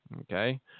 Okay